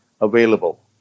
available